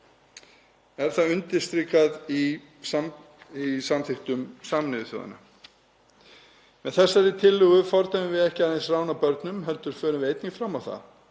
Er það undirstrikað í samþykktum Sameinuðu þjóðanna. Með þessari tillögu fordæmum við ekki aðeins rán á börnum heldur förum við einnig fram á að